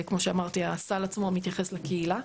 כמו שאמרתי, הסל עצמו מתייחס לקהילה.